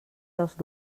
dels